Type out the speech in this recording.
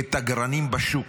כתגרנים בשוק,